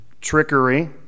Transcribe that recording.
trickery